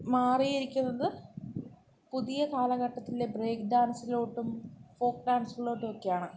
മാറിയിരിക്കുന്നത് പുതിയ കാലഘട്ടത്തിലെ ബ്രേക്ക് ഡാൻസിലോട്ടും ഫോക്ക് ഡാൻസിലോട്ടുമൊക്കെയാണ്